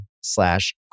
slash